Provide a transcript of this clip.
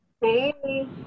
Hey